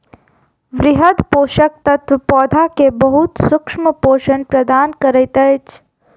वृहद पोषक तत्व पौधा के बहुत सूक्ष्म पोषण प्रदान करैत अछि